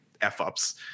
f-ups